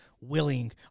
willing